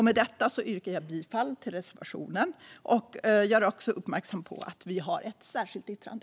Med detta yrkar jag bifall till reservationen. Jag vill också göra kammaren uppmärksam på att vi har ett särskilt yttrande.